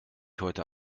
heute